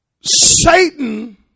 Satan